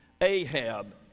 Ahab